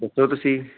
ਦੱਸੋ ਤੁਸੀਂ